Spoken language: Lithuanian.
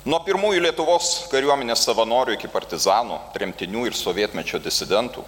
nuo pirmųjų lietuvos kariuomenės savanorių iki partizanų tremtinių ir sovietmečio disidentų